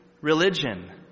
religion